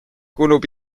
kulub